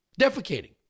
defecating